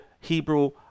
Hebrew